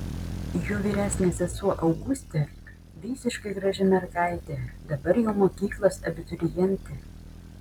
jo vyresnė sesuo augustė visiškai graži mergaitė dabar jau mokyklos abiturientė